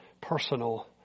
personal